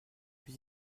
plus